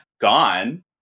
gone